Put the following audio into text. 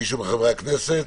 עוד מישהו מחברי הכנסת